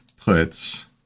puts